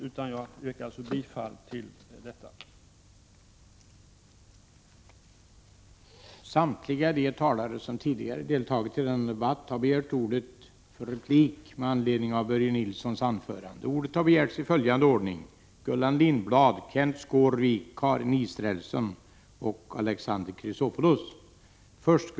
Jag yrkar bifall till utskottets hemställan.